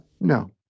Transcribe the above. No